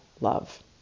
love